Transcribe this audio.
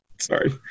Sorry